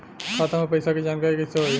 खाता मे पैसा के जानकारी कइसे होई?